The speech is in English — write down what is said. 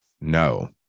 No